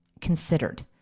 considered